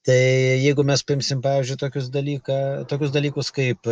tai jeigu mes paimsim pavyzdžiui tokius dalyką tokius dalykus kaip